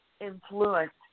influenced